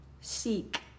seek